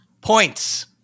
points